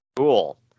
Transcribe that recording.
Cool